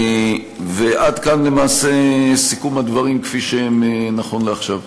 עד כאן למעשה סיכום הדברים כפי שהם נכון לעכשיו.